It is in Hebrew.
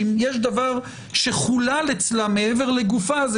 אם יש דבר שחולל אצלה מעבר לגופה זה